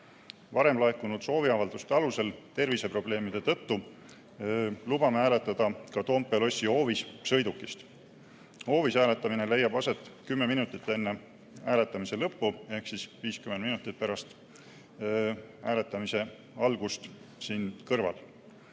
Varem laekunud sooviavalduste alusel lubame terviseprobleemide tõttu hääletada ka Toompea lossi hoovis sõidukist. Hoovis hääletamine leiab aset 10 minutit enne hääletamise lõppu ehk 50 minutit pärast hääletamise algust siin kõrval.